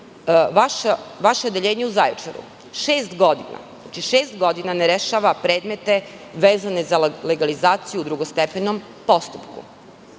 Vaše odeljenje u Zaječaru šest godina ne rešava predmete vezane za legalizaciju u drugostepenom postupku.